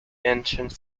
ancient